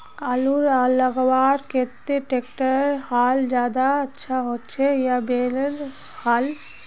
आलूर लगवार केते ट्रैक्टरेर हाल ज्यादा अच्छा होचे या बैलेर हाल?